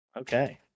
Okay